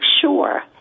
sure